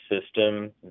system